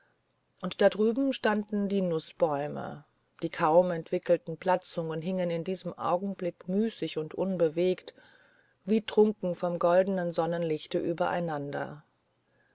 und da drüben standen die nußbäume die kaum entwickelten blätterzungen hingen in diesem augenblicke müßig und unbewegt wie trunken vom goldenen sonnenlichte übereinander